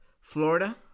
Florida